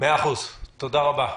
תודה רבה.